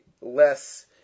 less